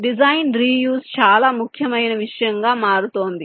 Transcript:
design reuse చాలా ముఖ్యమైన విషయంగా మారుతోంది